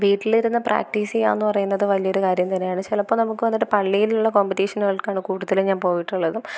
വീട്ടിലിരുന്ന് പ്രാക്റ്റീസ് ചെയ്യുക എന്നുപറയുന്നത് വലിയ ഒരു കാര്യം തന്നെയാണ് ചിലപ്പോൾ നമുക്ക് വന്നിട്ട് പള്ളിയിലുള കോമ്പറ്റിഷനുകൾക്കാണ് കൂടുതലും ഞാൻ പോയിട്ടുള്ളതും